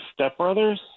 stepbrothers